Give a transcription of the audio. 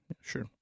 sure